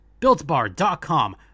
BuiltBar.com